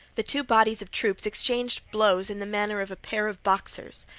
the two bodies of troops exchanged blows in the manner of a pair of boxers.